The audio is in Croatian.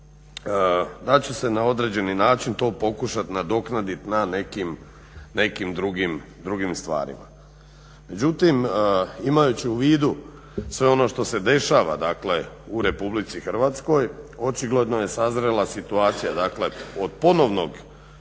Da će se na određeni način to pokušati nadoknaditi na nekim drugim stvarima. Međutim, imajući u vidu sve ono što se dešava dakle u Republici Hrvatskoj očigledno je sazrela situacija, dakle od ponovnog